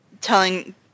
telling